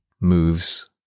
moves